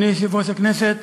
אדוני יושב-ראש הכנסת,